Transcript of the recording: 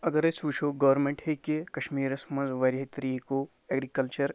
اَگر أسۍ وُچھو گورمیٚنٛٹ ہیٚکہِ کَشمیٖرَس منٛز واریاہو طریٖقو ایٚگرِکَلچر